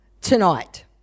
tonight